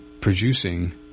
producing